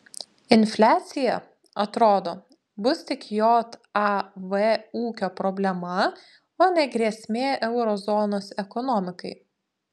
infliacija atrodo bus tik jav ūkio problema o ne grėsmė euro zonos ekonomikai